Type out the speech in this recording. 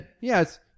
Yes